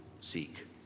seek